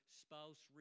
spouse